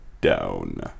down